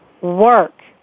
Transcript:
work